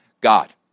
God